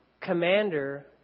commander